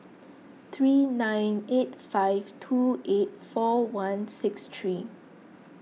three nine eight five two eight four one six three